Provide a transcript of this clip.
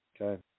okay